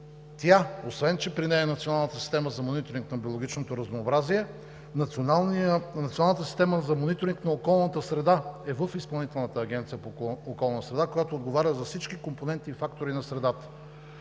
– освен че при нея е Националната система за мониторинг на биологичното разнообразие, Националната система за мониторинг на околната среда е в Изпълнителната агенция по околна среда, която отговаря за всички компоненти и фактори на средата.